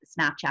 Snapchat